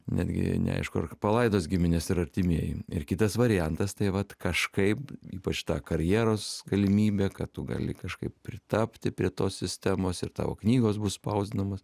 netgi neaišku ar palaidos giminės ir artimieji ir kitas variantas tai vat kažkaip ypač ta karjeros galimybė kad tu gali kažkaip pritapti prie tos sistemos ir tavo knygos bus spausdinamos